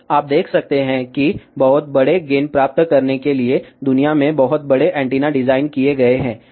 तो आप देख सकते हैं कि बहुत बड़े गेन प्राप्त करने के लिए दुनिया में बहुत बड़े एंटीना डिजाइन किए गए हैं